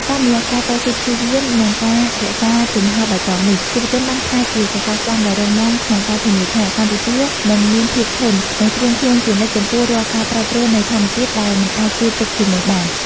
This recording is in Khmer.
តាមរយៈការតស៊ូព្យាយាម និងការរក្សាជំហរបៃតងនេះ យុវជនបានក្លាយជាសសរស្តម្ភដ៏រឹងមាំក្នុងការធានាថា កម្ពុជានឹងមានភាពធន់ និងត្រៀមខ្លួនជានិច្ចចំពោះរាល់ការប្រែប្រួលនៃធម្មជាតិដែលមិនអាចទាយទុកជាមុនបាន។